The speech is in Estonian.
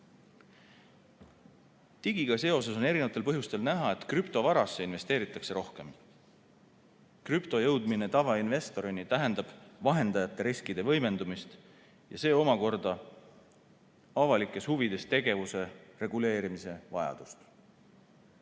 Digiga seoses on erinevatel põhjustel näha, et krüptovarasse investeeritakse rohkem. Krüpto jõudmine tavainvestorini tähendab vahendajate riskide võimendumist ja see omakorda avalikes huvides tegevuse reguleerimise vajadust.